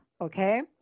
Okay